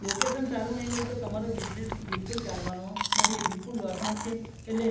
location સારું નહીં હોય તો તમારો બિઝનેસ બિલકુલ ચાલવાનો નથી એ બિલકુલ લોસમાં જ છે એટલે